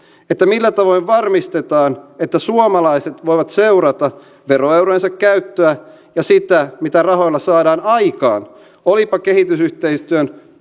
millä tavoin varmistetaan että suomalaiset voivat seurata veroeurojensa käyttöä ja sitä mitä rahoilla saadaan aikaan olipa kehitysyhteistyön